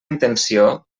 intenció